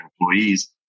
employees